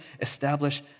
establish